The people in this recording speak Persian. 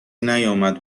نیامد